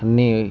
అన్నీ